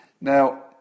Now